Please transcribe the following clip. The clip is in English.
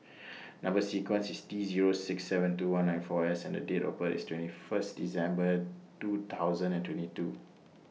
Number sequence IS T Zero six seven two one nine four S and Date of birth IS twenty First December two thousand and twenty two